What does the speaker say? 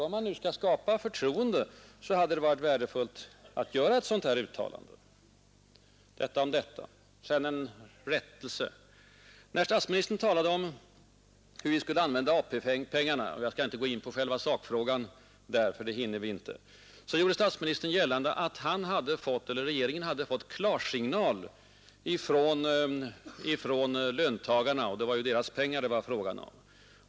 Om man ville skapa förtroende hade det varit värdefullt att göra ett sådant uttalande. Detta om detta. Så vill jag göra en rättelse. När statsministern talade om hur vi skulle använda AP-pengarna — jag skall inte gå in på själva sakfrågan där, det hinner vi inte — gjorde statsministern gällande att regeringen hade fått klarsignal från löntagarna, och det var ju deras pengar det var fråga om.